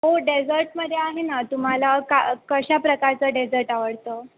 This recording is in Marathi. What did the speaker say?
हो डेजर्टमध्ये आहे ना तुम्हाला का कशा प्रकारचं डेजर्ट आवडतं